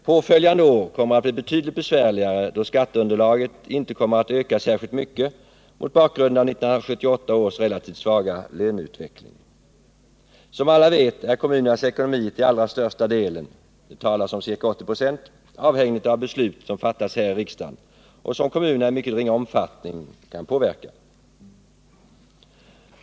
Påföljande år kommer att bli betydligt besvärligare, då skatteunderlaget inte kommer att öka särskilt mycket mot bakgrunden av 1978 års relativt svaga löneutveckling. Som alla vet, är kommunernas ekonomi till allra största delen — det talas om ca 80 KH — avhängig av beslut som fattas här i riksdagen och som kommunerna i mycket ringa omfattning kan påverka.